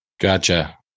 gotcha